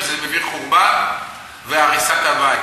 זה מביא חורבן והריסת הבית.